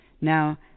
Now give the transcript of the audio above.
Now